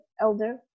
elder